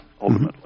ultimately